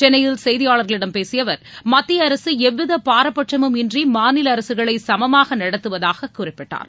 சென்னையில் செய்தியாளர்களிடம் பேசிய அவர் மத்திய அரசு எவ்வித பாரபட்சமும் இன்றி மாநில அரசுகளை சமமாக நடத்துவதாக குறிப்பிட்டார்